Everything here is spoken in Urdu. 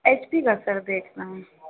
ایچ پی کا سر دیکھنا ہے